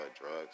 drugs